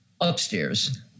upstairs